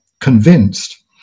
convinced